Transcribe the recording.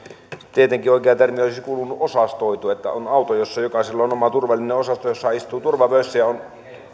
tietenkin oikea termi olisi kuulunut osastoitu on auto jossa jokaisella on oma turvallinen osasto jossa istuu turvavöissä ja on